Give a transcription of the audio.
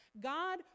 God